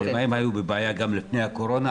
אז אם הם היו בבעיה גם לפני הקורונה,